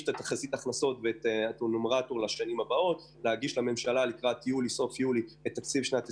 תחזית הכנסות לשנים הבאות לקראת סוף יולי.